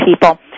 people